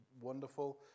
wonderful